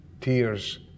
tears